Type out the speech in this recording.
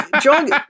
John